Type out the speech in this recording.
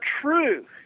true